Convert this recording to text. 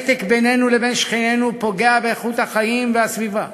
נתק בינינו לבין שכנינו פוגע באיכות החיים והסביבה